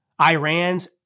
Iran's